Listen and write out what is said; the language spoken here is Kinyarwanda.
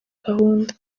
gahunda